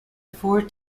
four